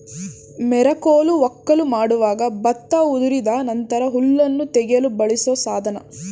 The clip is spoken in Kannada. ಮೆರಕೋಲು ವಕ್ಕಲು ಮಾಡುವಾಗ ಭತ್ತ ಉದುರಿದ ನಂತರ ಹುಲ್ಲನ್ನು ತೆಗೆಯಲು ಬಳಸೋ ಸಾಧನ